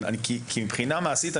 מבחינה מעשית,